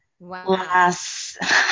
last